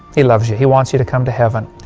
he loves you. he wants you to come to heaven.